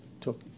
took